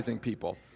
people